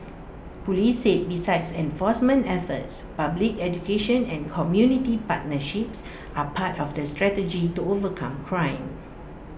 Police said besides enforcement efforts public education and community partnerships are part of the strategy to overcome crime